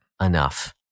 enough